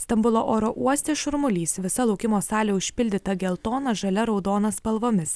stambulo oro uoste šurmulys visa laukimo salė užpildyta geltona žalia raudona spalvomis